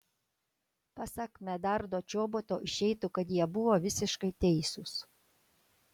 pasak medardo čoboto išeitų kad jie buvo visiškai teisūs